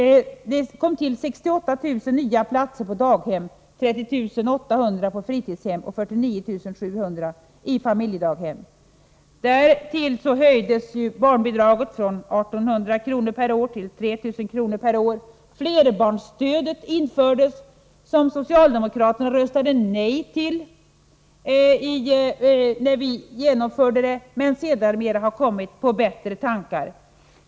68 000 nya platser tillkom på daghem, 30 800 på fritidshem och 49 700 i familjedaghem. Därtill höjdes barnbidraget från 1 800 kr. per år till 3 000 kr. per år. Flerbarnsstödet infördes, vilket socialdemokraterna då röstade nej till. Socialdemokraterna har sedermera kommit på bättre tankar.